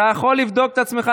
אתה יכול לבדוק את עצמך,